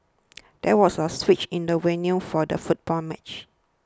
there was a switch in the venue for the football match